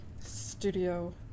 studio